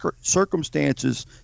circumstances